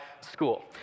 school